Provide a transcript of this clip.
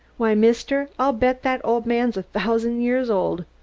why, mister, i'll bet that old man's a thousand years old.